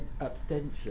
abstention